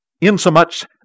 insomuch